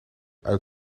uit